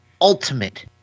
Ultimate